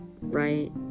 right